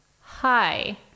hi